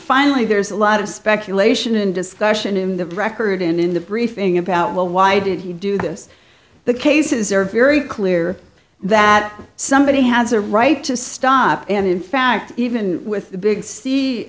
finally there's a lot of speculation and discussion in the record in the briefing about well why did you do this the cases are very clear that somebody has a right to stop and in fact even with the big